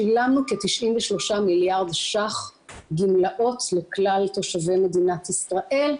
שילמנו כ-93 מיליארד ₪ גמלאות לכלל תושבי מדינת ישראל,